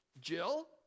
Jill